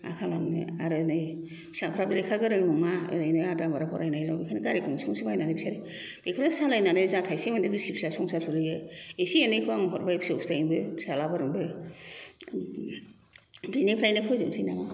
मा खालामनो आरो नै फिसाफ्राबो लेखा गोरों नङा ओरैनो आदा मारा फरायनायल' बेखायनो गारि गंसे गंसे बायनानै बेखौनो सालायनानै जा थायसो मोनो फिसौ फिथाय सालायो एसे एनैखौ आं हरबाय फिसौ फिथायनोबो फिसालाफोरनोबो बेनिफ्रायनो फोजोबनोसै नामा